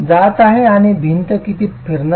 जात आहे आणि भिंत किती फिरणार आहे